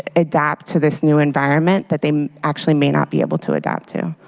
ah adapt to this new environment that they actually may not be able to adapt to.